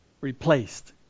Replaced